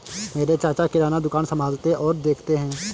मेरे चाचा किराना दुकान संभालते और देखते हैं